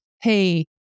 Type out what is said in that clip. hey